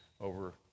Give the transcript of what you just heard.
over